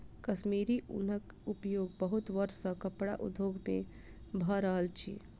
कश्मीरी ऊनक उपयोग बहुत वर्ष सॅ कपड़ा उद्योग में भ रहल अछि